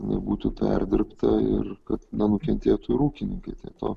jinai būtų perdirbta ir kad nenukentėtų ir ūkininkai tai to